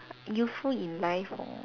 useful in life or